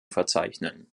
verzeichnen